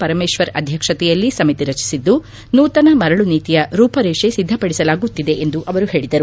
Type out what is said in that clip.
ಪರಮೇಶ್ವರ್ ಅಧ್ಯಕ್ಷತೆಯಲ್ಲಿ ಸಮಿತಿ ರಚಿಸಿದ್ದು ನೂತನ ಮರಳು ನೀತಿಯ ರೂಪರೇಷೆ ಸಿದ್ದಪಡಿಸಲಾಗುತ್ತಿದೆ ಎಂದು ಅವರು ಹೇಳಿದರು